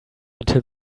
until